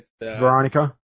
Veronica